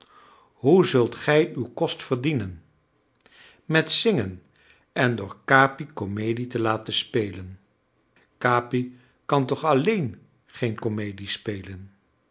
hoe zult gij uw kost verdienen met zingen en door capi comedie te laten spelen capi kan toch alleen geen